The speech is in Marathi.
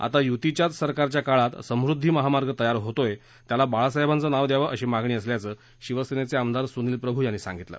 आता युतीच्याच सरकारच्या काळात समृद्धी महामार्ग तयार होतोय त्याला बाळासाहेबांचं नाव द्यावं अशी मागणी असल्याचं शिवसेनेचे आमदार सुनील प्रभू यांनी सांगितलं